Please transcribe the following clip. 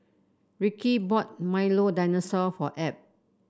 Ricky bought Milo Dinosaur for Ab